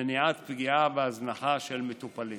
מניעת פגיעה והזנחה של מטופלים.